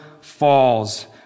falls